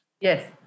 Yes